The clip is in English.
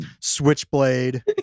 Switchblade